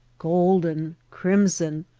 golden, crimson,